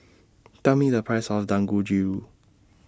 Tell Me The Price of Dangojiru